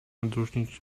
odróżnić